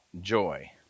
joy